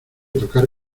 tocar